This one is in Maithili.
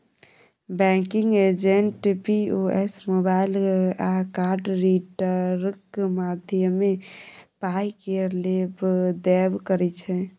बैंकिंग एजेंट पी.ओ.एस, मोबाइल आ कार्ड रीडरक माध्यमे पाय केर लेब देब करै छै